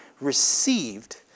received